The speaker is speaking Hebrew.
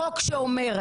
חוק שאומר,